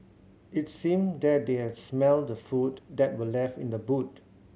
it seemed that they had smelt the food that were left in the boot